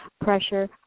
pressure